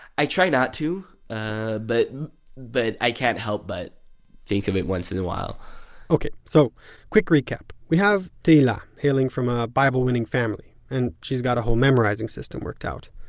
i try not to, ah but but i can't help but think about it once in awhile ok, so quick recap we have tehila, hailing from a bible winning family, and she's got a whole memorizing system worked out.